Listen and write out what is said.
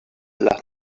leath